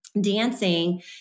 dancing